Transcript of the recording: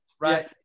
Right